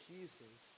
Jesus